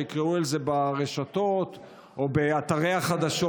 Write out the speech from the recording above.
שיקראו על זה ברשתות או באתרי החדשות.